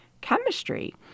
chemistry